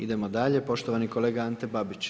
Idemo dalje, poštovani kolega Ante Babić.